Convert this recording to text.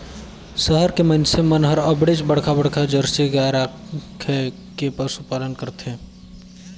सहर के मइनसे मन हर अबड़ेच बड़खा बड़खा जरसी गाय रायख के पसुपालन करथे